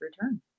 return